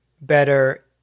better